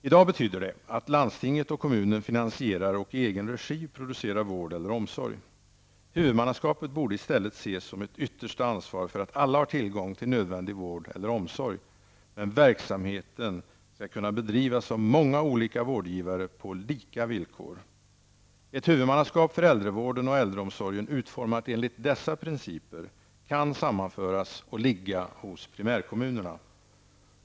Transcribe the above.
I dag betyder det att landstinget och kommunen finansierar och i egen regi producerar vård eller omsorg. Huvudmannaskapet borde i stället ses som ett yttersta ansvar för att alla har tillgång till nödvändig vård eller omsorg, men verksamheten skall kunna bedrivas av många olika vårdgivare på lika villkor. Ett huvudmannaskap för äldrevården och äldreomsorgen utformat enligt dessa principer kan sammanföras och ligga hos primärkommunerna.